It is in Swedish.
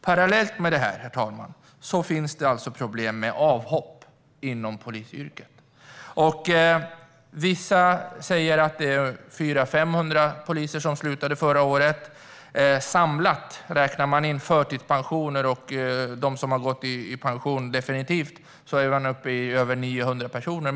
Parallellt med det här, herr talman, finns det problem med avhopp inom polisyrket. Vissa säger att det var 400-500 poliser som slutade förra året. Samlat, om man räknar in förtidspensioner och dem som har gått i pension definitivt, är man uppe i över 900 personer.